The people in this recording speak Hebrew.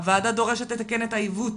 הוועדה דורשת לתקן את העיוות